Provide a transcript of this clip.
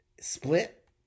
split